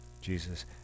Jesus